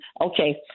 Okay